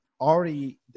already